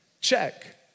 check